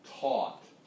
taught